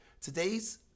today's